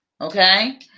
Okay